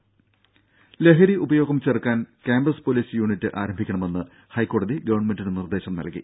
രുഭ ലഹരി ഉപയോഗം ചെറുക്കാൻ ക്യാമ്പസ് പൊലീസ് യൂണിറ്റ് ആരംഭിക്കണമെന്ന് ഹൈക്കോടതി ഗവൺമെന്റിന് നിർദേശം നൽകി